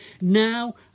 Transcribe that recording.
now